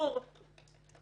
גור,